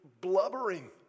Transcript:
blubbering